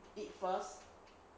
it first